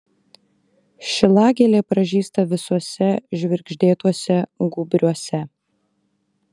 šilagėlė pražysta visuose žvirgždėtuose gūbriuose